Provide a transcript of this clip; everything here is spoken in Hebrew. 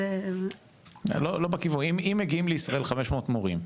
אם מגיעים לישראל 500 מורים,